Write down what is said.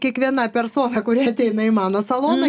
kiekviena persona kuri ateina į mano saloną